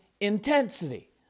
intensity